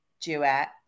duet